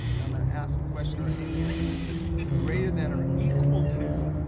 and i'm going to ask the question are any of you greater than or equal to,